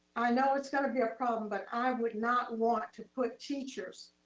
i know it's gonna be a problem, but i would not want to put teachers